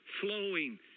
flowing